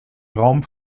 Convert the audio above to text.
raum